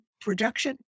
production